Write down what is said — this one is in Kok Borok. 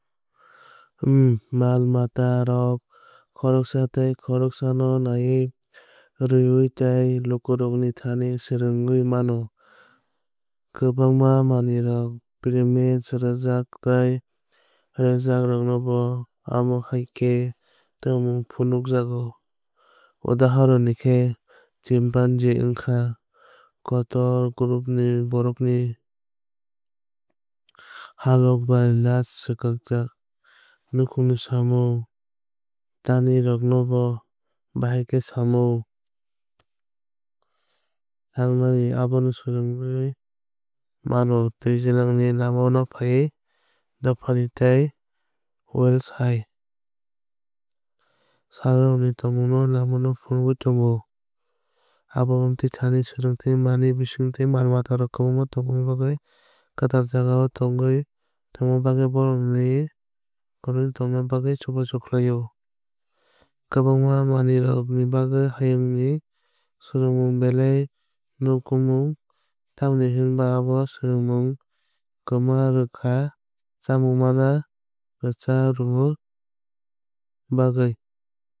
Em mal-matarok khoroksa tei khoroksano naiwi rwngwi tei lukurokni thani swrwngwi mano. Kwbangma manwirok primate rwjak tei rangchakrokbo omo hai khe tongmung phunukjago. Udhaharani khe chimpanzee wngkha kotor groupni borokrokno holwog bai nai swkakjak. Nukhungni samung tanwuirokno bo bahai khe samung tangnai abono swrwngwui mano. Twijlangni langmano phawui dophani tei whales hai salrokni tomung no lamano phunugwui tongo. Abo wmthwui thani swrwngwi manmani bisingtwi mal matarokno kwthang tongna bagwi kwtal jagao tongna bagwi bohrokni kwrwngwi tongna bagwi chubachu khlaio. Kwbangma manwirokni bagwi haiyuyng swrwngmung belai nangkukmung tamni hwnba abo swrwngmungno kwma rwkha chamung mana rwcharwung bagwui.